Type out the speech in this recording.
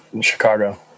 Chicago